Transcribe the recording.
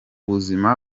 buzima